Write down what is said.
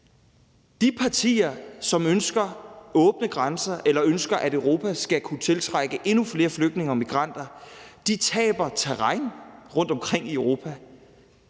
De partier, som ønsker åbne grænser eller ønsker, at Europa skal kunne tiltrække endnu flere flygtninge og migranter, taber terræn rundtomkring i Europa,